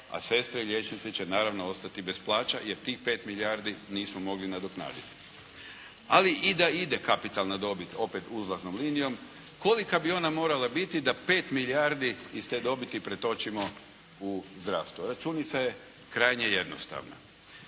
a sestre i liječnici će naravno ostati bez plaća jer tih 5 milijardi nismo mogli nadoknaditi. Ali i da ide kapitalna dobit opet uzlaznom linijom, kolika bi ona morala biti da 5 milijardi iz te dobiti pretočimo u zdravstvo, računica je krajnje jednostavna.